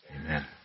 amen